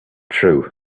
true